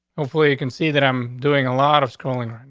hopefully, you can see that i'm doing a lot of schooling, right?